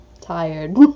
Tired